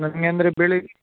ನಮ್ಗೆ ಅಂದರೆ ಬೆಳಿ